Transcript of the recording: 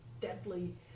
deadly